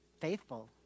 faithful